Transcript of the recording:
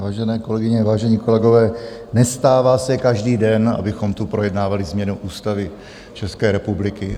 Vážené kolegyně, vážení kolegové, nestává se každý den, abychom tu projednávali změnu Ústavy České republiky.